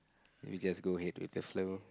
we just go ahead with the flow